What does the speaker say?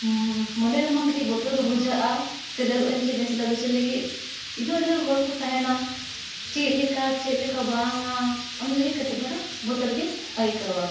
ᱢᱚᱱᱮ ᱨᱮᱢᱟ ᱠᱟᱹᱴᱤᱡ ᱵᱚᱛᱚᱨ ᱜᱮ ᱵᱩᱡᱷᱟᱹᱜᱼᱟ ᱥᱮᱞᱮᱫᱚᱜ ᱟᱹᱧ ᱥᱮ ᱵᱟᱹᱧ ᱥᱮᱞᱮᱫᱚᱜᱼᱟ ᱪᱮᱫ ᱞᱟᱹᱜᱤᱫ ᱤᱱᱟᱹᱜ ᱰᱷᱮᱨ ᱦᱚᱲ ᱠᱚ ᱛᱟᱦᱮᱱᱟ ᱪᱮᱫ ᱞᱮᱠᱟ ᱪᱮᱫ ᱞᱮᱠᱟ ᱵᱟᱝᱟ ᱚᱱ ᱞᱟᱹᱜᱤᱫ ᱠᱟᱹᱴᱤᱡ ᱫᱷᱟᱨᱟ ᱵᱚᱛᱚᱨ ᱜᱤᱧ ᱟᱹᱭᱠᱟᱹᱣᱟ